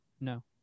No